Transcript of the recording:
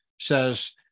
says